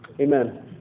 amen